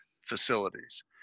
facilities